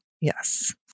Yes